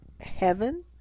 heaven